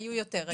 היו יותר.